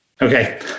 Okay